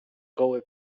gołe